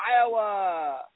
Iowa